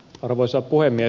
arvoisa puhemies